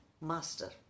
master